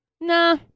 Nah